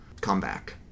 comeback